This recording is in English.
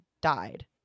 died